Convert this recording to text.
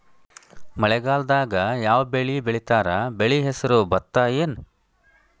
ಮಳೆಗಾಲದಾಗ್ ಯಾವ್ ಬೆಳಿ ಬೆಳಿತಾರ, ಬೆಳಿ ಹೆಸರು ಭತ್ತ ಏನ್?